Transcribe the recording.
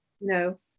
no